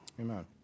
Amen